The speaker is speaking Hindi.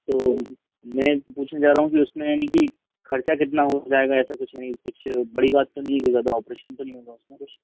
तो मैं पूछने जा रहा हूँ कि उसमें यानी की खर्चा कितना हो जाएगा ऐसा कुछ नहीं कुछ बड़ी बात तो नहीं है कोई ज़्यादा ऑपरेशन तो नहीं होगा उसमें कुछ